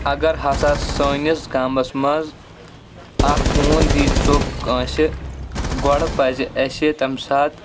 اگر ہَسا سٲنِس گامَس منٛز اَکھ ہوٗن دی ژوٚپ کٲنٛسہِ گۄڈٕ پَزِ اَسہِ تَمہِ ساتہٕ